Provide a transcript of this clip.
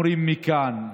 אומרים מכאן,